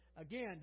again